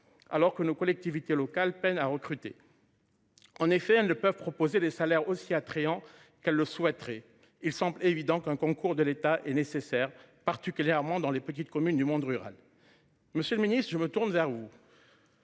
alors que nos collectivités locales peinent à recruter. En effet, ne peuvent proposer des salaires aussi attrayant, qu'elle le souhaiterait. Il semble évident qu'un concours de l'État est nécessaire, particulièrement dans les petites communes du monde rural. Monsieur le Ministre, je me tourne vers vous.